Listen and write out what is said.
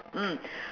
mm